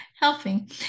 helping